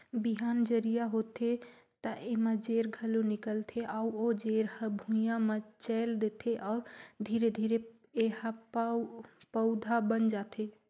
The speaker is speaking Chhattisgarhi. बिहान जरिया होथे त एमा जेर घलो निकलथे अउ ओ जेर हर भुइंया म चयेल देथे अउ धीरे धीरे एहा प पउधा बन जाथे